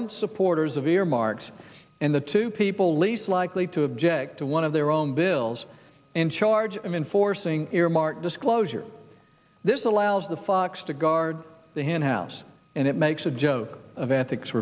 t supporters of earmarks and the two people least likely to object to one of their own bills in charge of enforcing earmark disclosure this allows the fox to guard the hen house and it makes a joke of ethics